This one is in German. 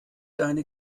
deine